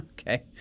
okay